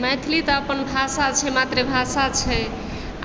मैथिली तऽ अपन भाषा छै मातृभाषा छै